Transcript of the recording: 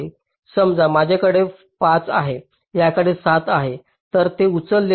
समजा याकडे 5 आहे याकडे 7 आहे तर ते उचलेल